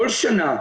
כל שנה.